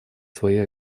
свои